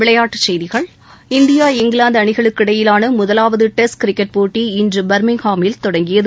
விளையாட்டுச் செய்திகள் India England அணிகளுக்கு இடையிலான முதலாவது டெஸ்ட் கிரிக்கெட் போட்டி இன்று பர்மிங்ஹாமில் தொடங்கியது